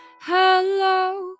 hello